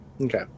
Okay